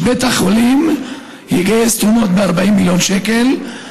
שבית החולים יגייס תרומות ב-40 מיליון שקלים.